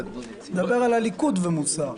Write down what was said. אני מדבר על הליכוד ומוסר.